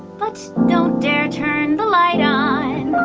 but don't dare turn the light on.